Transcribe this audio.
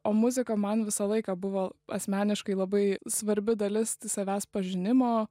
o muzika man visą laiką buvo asmeniškai labai svarbi dalis savęs pažinimo